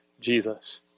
Jesus